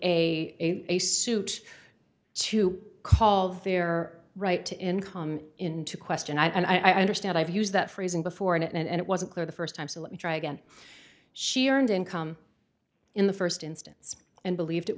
a suit to call their right to income into question i understand i've used that phrase in before and it and it wasn't clear the first time so let me try again she earned income in the first instance and believed it